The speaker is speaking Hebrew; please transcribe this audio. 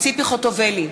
ציפי חוטובלי,